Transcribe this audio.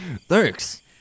Thanks